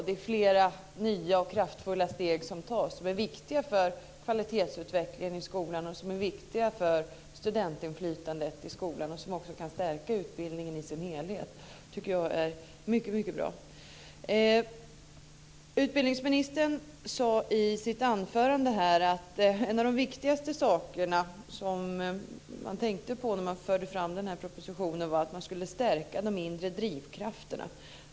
Det är flera nya och kraftfulla steg som tas som är viktiga för kvalitetsutvecklingen i skolan och som är viktiga för studentinflytandet i skolan och som också kan stärka utbildningen i dess helhet. Det tycker jag är mycket bra. Utbildningsministern sade i sitt anförande att en av de viktigaste saker som man tänkte på när man förde fram den här propositionen var att man skulle stärka de inre drivkrafterna.